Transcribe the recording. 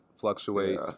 fluctuate